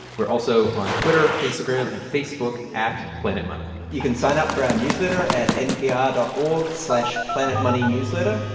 we're also on twitter, instagram and facebook at planetmoney you can sign up for our newsletter at npr dot org slash planetmoneynewsletter.